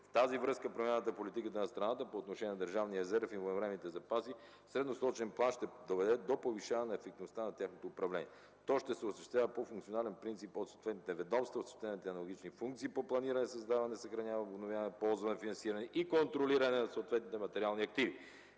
В тази връзка промяната на политиката на страната по отношение на държавния резерв и военновременните запаси в средносрочен план ще доведе до повишаване ефективността на тяхното управление. То ще се осъществява по функционален принцип от съответните ведомства, от осъществяването на съответните аналогични функции по планиране, създаване, съхраняване, обновяване, ползване, финансиране и контролиране на съответните материални активи.